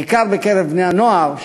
בעיקר בקרב בני-הנוער,